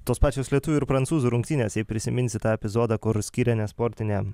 tos pačios lietuvių ir prancūzų rungtynės jei prisiminsi tą epizodą kur skyrė nesportinę